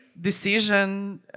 decision